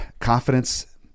confidence